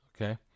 okay